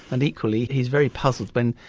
and equally he's very puzzled when,